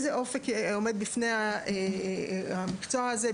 על איזה אופק עומד בפני המקצוע הזה,